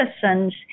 citizen's